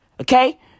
okay